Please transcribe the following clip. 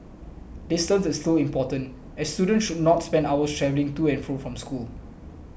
distance is still important as students should not spend hours travelling to and from school